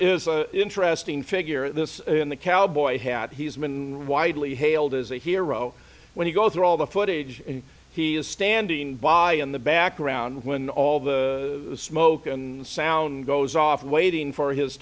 an interesting figure this in the cowboy hat he's been widely hailed as a hero when you go through all the footage and he is standing by in the background when all the smoke and sound goes off waiting for his